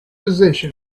position